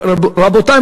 רבותי,